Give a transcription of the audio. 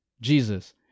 jesus